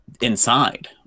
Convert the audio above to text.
inside